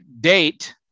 date